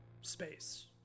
space